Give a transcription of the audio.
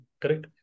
Correct